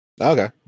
Okay